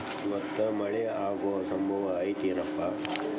ಇವತ್ತ ಮಳೆ ಆಗು ಸಂಭವ ಐತಿ ಏನಪಾ?